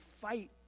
fight